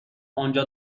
انجا